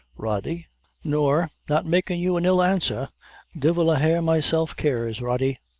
rody nor not makin' you an ill answer divil a hair myself cares, rody.